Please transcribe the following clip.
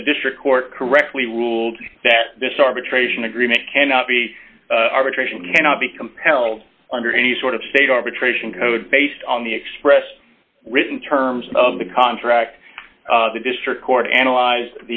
that the district court correctly ruled that this arbitration agreement cannot be arbitration cannot be compelled under any sort of state arbitration code based on the expressed written terms of the contract the district court analyze